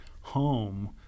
Home